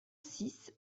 six